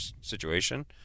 situation